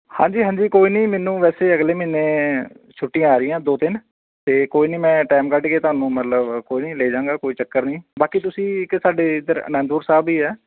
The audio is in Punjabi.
ਹਾਂਜੀ ਹਾਂਜੀ ਕੋਈ ਨਹੀਂ ਮੈਨੂੰ ਵੈਸੇ ਅਗਲੇ ਮਹੀਨੇ ਛੁੱਟੀਆਂ ਆ ਰਹੀਆਂ ਦੋ ਤਿੰਨ ਅਤੇ ਕੋਈ ਨਹੀਂ ਮੈਂ ਟਾਈਮ ਕੱਢ ਕੇ ਤੁਹਾਨੂੰ ਮਤਲਬ ਕੋਈ ਨਹੀਂ ਲੈ ਜਾਂਗਾ ਕੋਈ ਚੱਕਰ ਨਹੀਂ ਬਾਕੀ ਤੁਸੀਂ ਇੱਕ ਸਾਡੇ ਇੱਧਰ ਅਨੰਦਪੁਰ ਸਾਹਿਬ ਵੀ ਹੈ